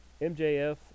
MJF